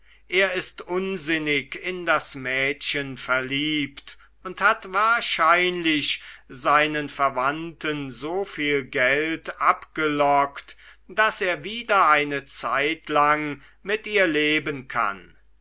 er ist unsinnig in das mädchen verliebt und hat wahrscheinlich seinen verwandten so viel geld abgelockt daß er wieder eine zeitlang mit ihr leben kann